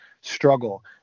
struggle